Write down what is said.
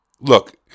look